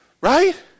right